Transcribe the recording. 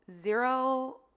zero